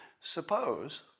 Suppose